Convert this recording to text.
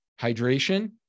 hydration